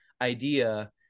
idea